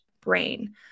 brain